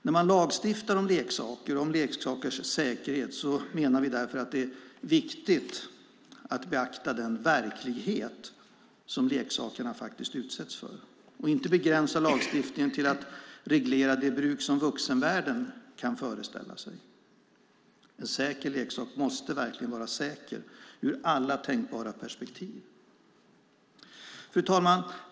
När man lagstiftar om leksaker och om leksakers säkerhet menar vi därför att det är viktigt att beakta den verklighet som leksakerna utsätts för och inte begränsa lagstiftningen till att reglera det bruk som vuxenvärden kan föreställa sig. En säker leksak måste verkligen vara säker ur alla tänkbara perspektiv. Fru talman!